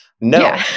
no